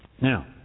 Now